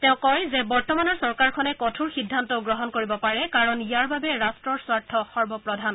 তেওঁ কয় যে বৰ্তমানৰ চৰকাৰখনে কঠোৰ সিদ্ধান্তও গ্ৰহণ কৰিব পাৰে কাৰণ ইয়াৰ বাবে ৰট্টৰ স্বাৰ্থ সৰ্বপ্ৰধান